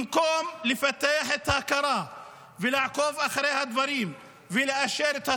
במקום לפתח את ההכרה ולעקוב אחרי הדברים ולאשר את התוכניות,